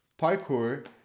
parkour